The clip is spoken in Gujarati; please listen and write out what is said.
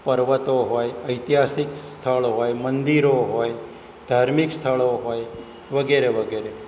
પર્વતો હોય ઐતિહાસિક સ્થળ હોય મંદિરો હોય ધાર્મિક સ્થળો હોય વગેરે વગેરે